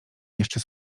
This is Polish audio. jeszcze